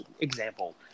example